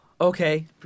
Okay